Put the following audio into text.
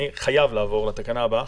אני חייב לעבור לתקנה הבאה.